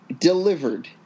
delivered